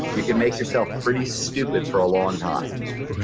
you can make yourself pretty stupid for a long time.